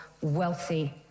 wealthy